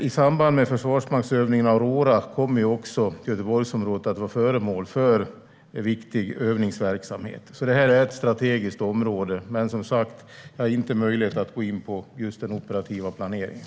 I samband med försvarsmaktsövningen Aurora kommer också Göteborgsområdet att vara föremål för viktig övningsverksamhet eftersom det är ett strategiskt område. Men jag har som sagt inte möjlighet att gå in på just den operativa planeringen.